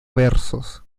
versos